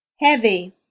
heavy